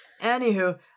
Anywho